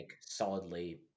solidly